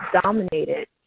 dominated